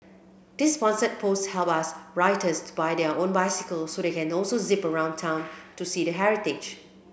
this sponsored post helps our writers buy their own bicycles so they can also zip around town to see the heritage